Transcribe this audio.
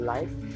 Life